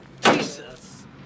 Jesus